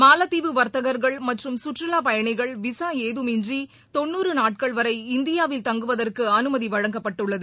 மாலத்தீவு வர்த்தகர்கள் மற்றும் சுற்றுலா பயணிகள் விசா ஏதமின்றி தொன்னுறு நாட்கள் வரை இந்தியாவில் தங்குவதற்கு அனுமதி வழங்கப்பட்டுள்ளது